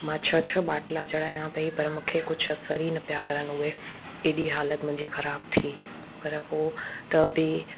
मां छह छह बाटला चढ़ाया पेई पर मूंखे कुझु असर ई न पिया करनि उहे हेॾी हालति मुंहिंजी ख़राबु थी पर पोइ त बि